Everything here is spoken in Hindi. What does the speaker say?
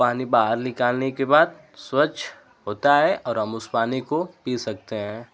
पानी बाहर निकालने के बाद स्वच्छ होता है और हम उस पानी को पी सकते हैं